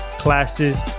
classes